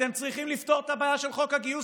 אתם צריכים לפתור את הבעיה של חוק הגיוס,